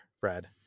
Brad